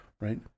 right